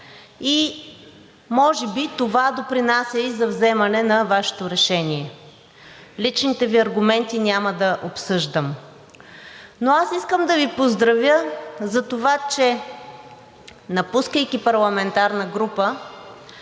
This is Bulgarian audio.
– може би това допринася и за вземане на Вашето решение. Личните Ви аргументи няма да обсъждам. Но искам да Ви поздравя за това, че напускайки парламентарната група,